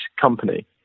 company